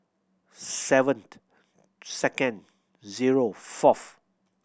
sevened second zero fourth